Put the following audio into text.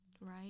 right